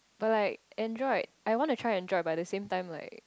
but like Android I wanna try Android but the same time like